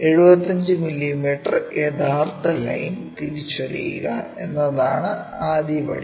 75 millimetre യഥാർത്ഥ line തിരിച്ചറിയുക എന്നതാണ് ആദ്യപടി